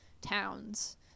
towns